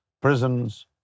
prisons